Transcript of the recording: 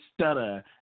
stutter